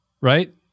right